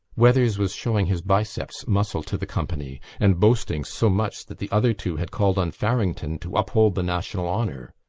weathers was showing his biceps muscle to the company and boasting so much that the other two had called on farrington to uphold the national honour.